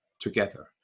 together